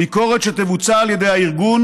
ביקורת שתבוצע על ידי הארגון,